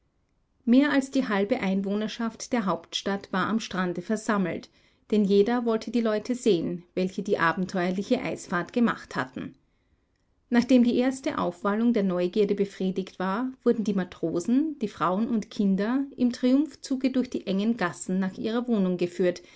mehr als die halbe einwohnerschaft der hauptstadt war am strande versammelt denn jeder wollte die leute sehen welche die abenteuerliche eisfahrt gemacht hatten nachdem die erste aufwallung der neugierde befriedigt war wurden die matrosen die frauen und kinder im triumphzuge durch die engen gassen nach ihrer wohnung geführt